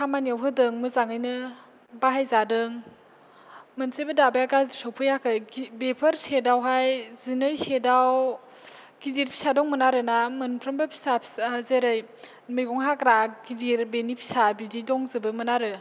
खामानियाव होदों मोजाङैनो बाहायजादों मोनसेबो दाबाया गाज्रि सफैयाखै बेफोर सेटआवहाय जिनै सेटआव गिदिर फिसा दंमोन आरोना मोनफ्रोम बो फिसा फिसा जेरै मैगं हाग्रा गिदिर बिनि फिसा बिदि दंजोबो मोन आरो